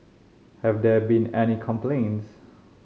have there been any complaints